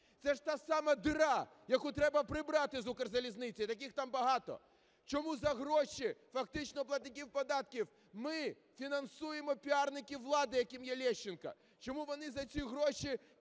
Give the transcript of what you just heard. Це ж та сама діра, яку треба прибрати з Укрзалізниці, і таких там багато. Чому за гроші фактично платників податків ми фінансуємо піарників влади, яким є Лещенко? Чому вони за ці гроші